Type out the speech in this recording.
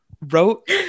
wrote